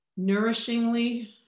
nourishingly